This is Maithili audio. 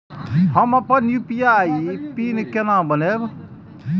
हम अपन यू.पी.आई पिन केना बनैब?